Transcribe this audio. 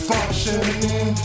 Functioning